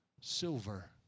silver